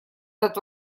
этот